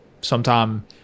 sometime